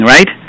Right